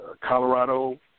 Colorado